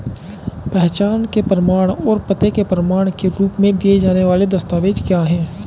पहचान के प्रमाण और पते के प्रमाण के रूप में दिए जाने वाले दस्तावेज क्या हैं?